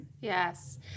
Yes